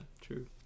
true